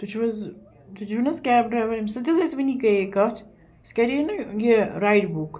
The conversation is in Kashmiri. تُہۍ چھُو حظ تُہۍ چھُو نا حظ کیب ڈرٛایوَر ییٚمِس سۭتۍ حظ اسہِ وُنی گیے کَتھ أسۍ کَرے نا یہِ رایڈ بُک